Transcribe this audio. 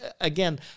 again